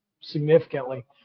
significantly